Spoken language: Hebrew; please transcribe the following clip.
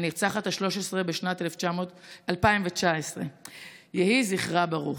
הנרצחת ה-13 בשנת 2019. יהי זכרה ברוך.